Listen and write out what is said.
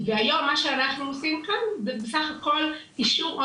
שאנחנו עושים כאן זה בסך הכל אישור או